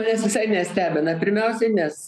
manęs visai nestebina pirmiausiai nes